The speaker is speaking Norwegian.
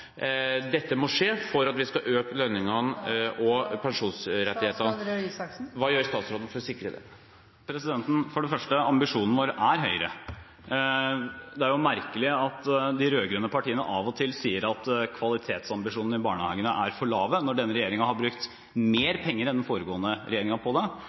dette må skje for at vi skal øke lønningene og pensjonsrettighetene. Hva gjør statsråden for å sikre det? Ambisjonene våre er høyere. Det er merkelig at de rød-grønne partiene av og til sier at kvalitetsambisjonene i barnehagene er for lave, når denne regjeringen har brukt mer penger enn den foregående regjeringen på det.